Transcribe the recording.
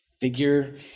Figure